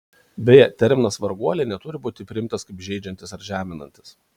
beje terminas varguoliai neturi būti priimtas kaip žeidžiantis ar žeminantis